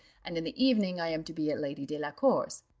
and in the evening i am to be at lady delacour's.